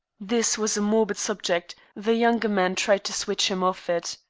this was a morbid subject the younger man tried to switch him off it.